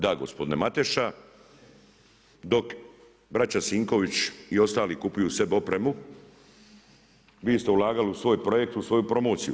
Da gospodine Mateša, dok braća Sinković i ostali kupuju sebi opremu, vi ste ulagali u svoj projekt, u svoju promociju.